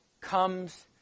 comes